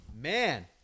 Man